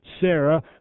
Sarah